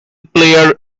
player